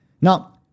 Now